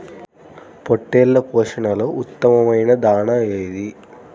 పొట్టెళ్ల పోషణలో ఉత్తమమైన దాణా ఏది?